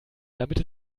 damit